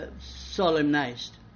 solemnized